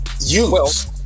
use